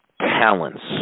talents